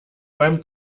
beim